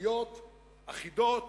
קוביות אחידות,